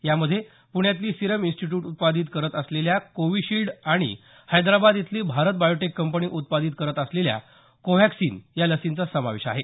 यामध्ये पुण्यातली serum institute उत्पादित करत असलेल्या कोविशील्ड आणि हैदराबाद इथली भारत बायोटेक कंपनी उत्पादित करत असलेल्या कोव्हॅक्सिन या लसींचा समावेश आहे